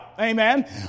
amen